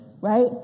right